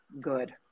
good